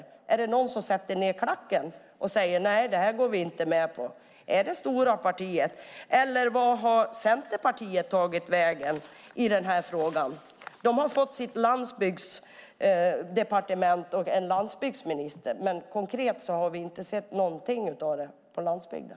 Finns det någon som sätter ned klacken och säger att det här går vi inte med på? Är det det stora partiet? Vart har Centerpartiet tagit vägen i den här frågan? De har fått sitt landsbygdsdepartement och en landsbygdsminister, men vi har inte sett något konkret av detta på landsbygden.